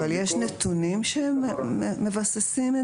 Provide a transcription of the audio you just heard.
אבל יש נתונים שהם מבססים את